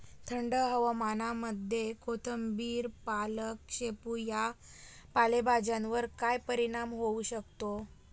थंड हवामानामध्ये कोथिंबिर, पालक, शेपू या पालेभाज्यांवर काय परिणाम होऊ शकतो?